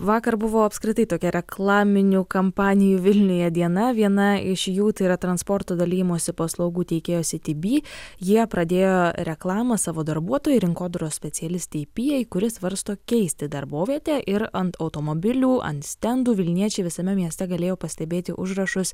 vakar buvo apskritai tokia reklaminių kampanijų vilniuje diena viena iš jų tai yra transporto dalijimosi paslaugų teikėjo city bee jie pradėjo reklamą savo darbuotojai rinkodaros specialistei pijai kuri svarsto keisti darbovietę ir ant automobilių ant stendų vilniečiai visame mieste galėjo pastebėti užrašus